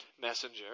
messenger